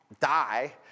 die